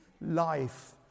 life